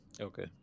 okay